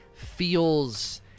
feels